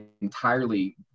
entirely